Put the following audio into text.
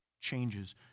changes